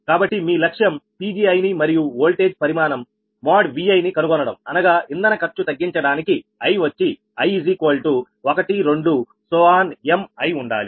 కాబట్టి మీ లక్ష్యం Pgi ని మరియు వోల్టేజ్ పరిమాణం Viని కనుగొనడం అనగా ఇంధన ఖర్చు తగ్గించడానికి i వచ్చి i12mఅయి ఉండాలి